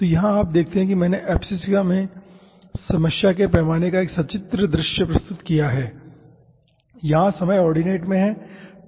तो यहाँ आप देखते हैं कि मैंने एब्सिस्सा में समस्या के पैमाने का एक सचित्र दृश्य प्रस्तुत किया है और यहाँ समय ऑर्डिनेट में है